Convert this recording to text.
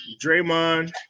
Draymond